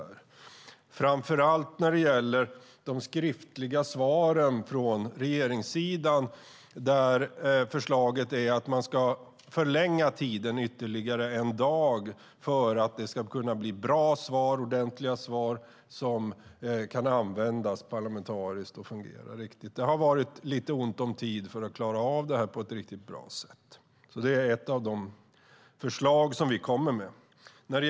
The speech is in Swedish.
För framför allt de skriftliga svaren från regeringssidan finns ett förslag att förlänga tiden ytterligare en dag för att få fram bra och ordentliga svar som fungerar parlamentariskt. Det har varit lite ont om tid för att klara av dem på ett riktigt bra sätt. Det är ett av de förslag som vi lägger fram.